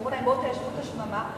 שאמרו להם: בואו תאיישו את השממה,